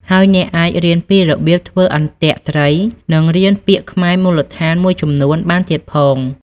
ហើយអ្នកអាចរៀនពីរបៀបធ្វើអន្ទាក់ត្រី និងរៀនពាក្យខ្មែរមូលដ្ឋានមួយចំនួនបានទៀតផង។